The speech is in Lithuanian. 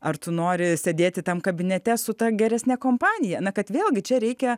ar tu nori sėdėti tam kabinete su ta geresne kompanija na kad vėlgi čia reikia